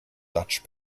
dutch